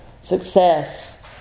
success